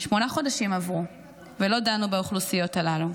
שמונה חודשים עברו, ולא דנו באוכלוסיות הללו.